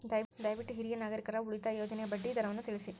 ದಯವಿಟ್ಟು ಹಿರಿಯ ನಾಗರಿಕರ ಉಳಿತಾಯ ಯೋಜನೆಯ ಬಡ್ಡಿ ದರವನ್ನು ತಿಳಿಸಿ